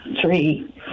Three